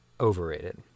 overrated